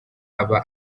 aba